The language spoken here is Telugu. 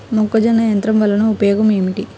మొక్కజొన్న యంత్రం వలన ఉపయోగము ఏంటి?